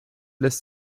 lässt